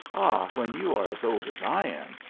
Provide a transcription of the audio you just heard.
ah, when you are as old as i am,